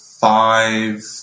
five